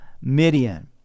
Midian